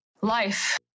life